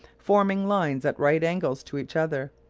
forming lines at right angles to each other,